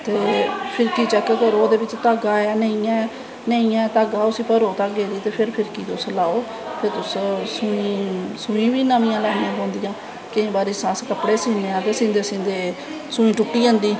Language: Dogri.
ते फिरकी चैक्क करो ओह्दे बिच्च धागा है नेंई ऐं नेंई ऐ धागा ते उसी भरो फिरकी गी ते धागा लाओ ते तुसें सूई बी नमियां लैनियां पौंदियां केंई बारी अस कपड़े सीनें आं ते सींदे सींदे सुई टुट्टी जंदी